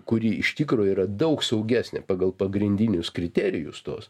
kuri iš tikro yra daug saugesnė pagal pagrindinius kriterijus tuos